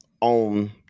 on